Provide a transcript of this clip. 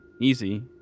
Easy